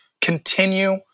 continue